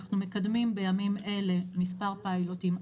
אנחנו מקדמים בימים אלה מספר פיילוטים.